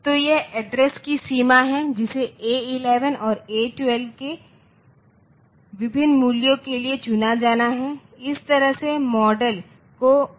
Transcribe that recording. तो यह एड्रेस की सीमा है जिसे ए 11 और ए 12 के विभिन्न मूल्यों के लिए चुना जाना है